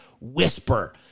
whisper